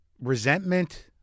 resentment